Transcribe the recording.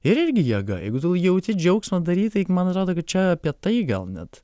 ir irgi jėga jeigu tu jauti džiaugsmą daryt taip man atrodo kad čia apie tai gal net